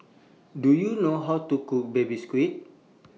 Do YOU know How to Cook Baby Squid